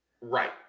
Right